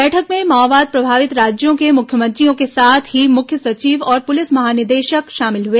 बैठक में माओवाद प्रभावित राज्यों के मुख्यमंत्रियों के साथ ही मुख्य सचिव और पुलिस महानिदेशक शामिल हुए